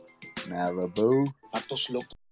Malibu